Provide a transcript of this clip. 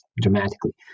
dramatically